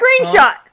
screenshot